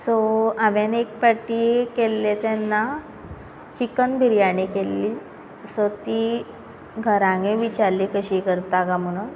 so हांवें एक party केल्लें तेन्ना चिकन बिर्याणी केल्ली सो ती घरानय विचारली कशी करता काय म्हणून